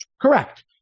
Correct